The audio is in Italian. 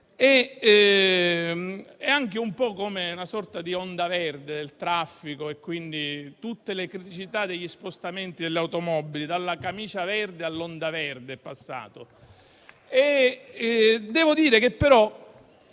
anche un po' come una sorta di "Onda Verde" sul traffico e quindi su tutte le criticità degli spostamenti e delle automobili. Dalla camicia verde è passato